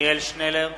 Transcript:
עתניאל שנלר,